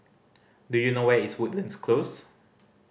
do you know where is Woodlands Close